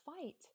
fight